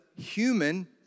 human